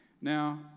Now